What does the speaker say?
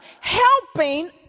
helping